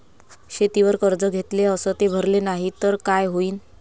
शेतीवर कर्ज घेतले अस ते भरले नाही तर काय होईन?